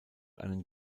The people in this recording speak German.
einen